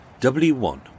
W1